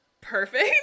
perfect